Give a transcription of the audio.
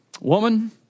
Woman